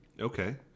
okay